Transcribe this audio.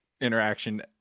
interaction